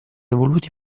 evoluti